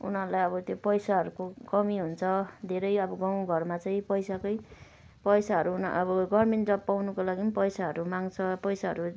उनीहरूलाई अब त्यो पैसाहरूको कमी हुन्छ धेरै अब गाउँ घरमा चाहिँ पैसाकै पैसाहरू अब गभर्मेन्ट जब पाउनको लागि पैसाहरू माग्छ पैसाहरू